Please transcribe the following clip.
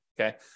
okay